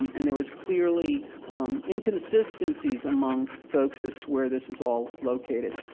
um and there was clearly inconsistencies among folks as to where this is all located.